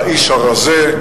האיש הרזה,